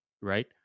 Right